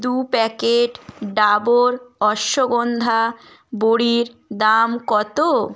দু প্যাকেট ডাবর অশ্বগন্ধা বড়ির দাম কতো